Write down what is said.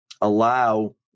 allow